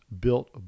built